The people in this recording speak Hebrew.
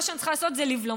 מה שאני צריכה לעשות זה לבלום,